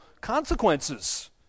consequences